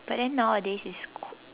but then nowadays it's q~